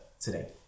today